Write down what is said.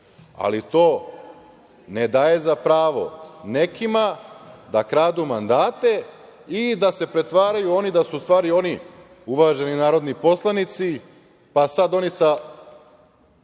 ali to ne daje za pravo nekima da kradu mandate i da se pretvaraju da su u stvari oni uvaženi narodni poslanici pa sad oni sa